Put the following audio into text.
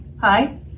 Hi